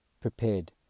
prepared